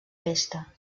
pesta